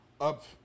up